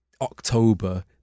October